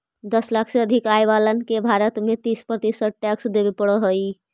दस लाख से अधिक आय वालन के भारत में तीस प्रतिशत टैक्स देवे पड़ऽ हई